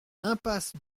impasse